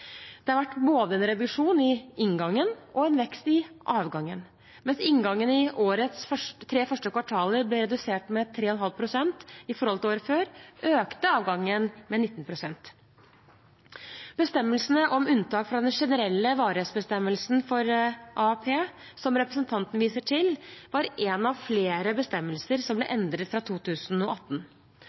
Det har vært både en reduksjon i inngangen og en vekst i avgangen. Mens inngangen i årets tre første kvartaler ble redusert med 3,5 pst. i forhold til året før, økte avgangen med 19 pst. Bestemmelsen om unntak fra den generelle varighetsbestemmelsen for AAP, som representanten viser til, var en av flere bestemmelser som ble endret fra 2018.